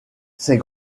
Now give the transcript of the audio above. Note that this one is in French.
ses